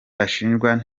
ashinjwa